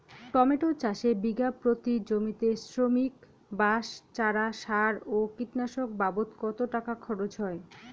Tomato চাষে বিঘা প্রতি জমিতে শ্রমিক, বাঁশ, চারা, সার ও কীটনাশক বাবদ কত টাকা খরচ হয়?